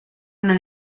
una